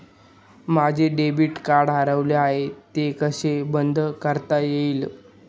माझे debit card हरवले आहे ते कसे बंद करता येईल?